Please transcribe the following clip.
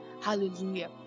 Hallelujah